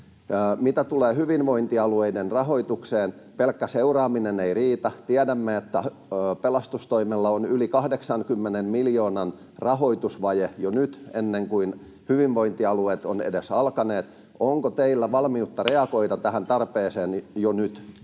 Mitä tulee hyvinvointialueiden rahoitukseen, pelkkä seuraaminen ei riitä. Tiedämme, että pelastustoimella on yli 80 miljoonan rahoitusvaje jo nyt, ennen kuin hyvinvointialueet ovat edes alkaneet. Onko teillä valmiutta reagoida tähän tarpeeseen jo nyt?